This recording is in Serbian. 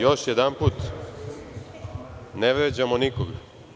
Još jedanput, ne vređamo nikoga.